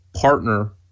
partner